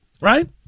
Right